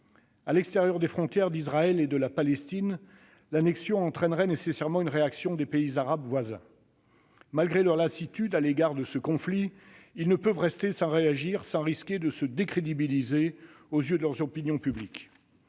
À l'extérieur des frontières d'Israël et de la Palestine, l'annexion entraînerait nécessairement une réaction des pays arabes voisins. Malgré leur lassitude à l'égard de ce conflit, ils ne peuvent rester sans réagir, au risque de se décrédibiliser aux yeux de leur opinion publique.